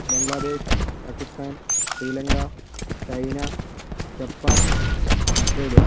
Bangladesh Pakistan Sri Lanka China Japan Australia